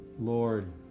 Lord